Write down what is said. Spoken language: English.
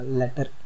letter